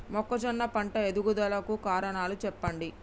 మొక్కజొన్న పంట ఎదుగుదల కు కారణాలు చెప్పండి?